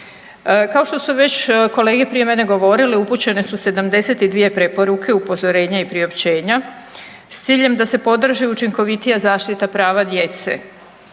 Kao što su već kolege prije mene govorile upućene su 72 preporuke, upozorenja i priopćenja s ciljem da se podrži učinkovitija zaštita prava djece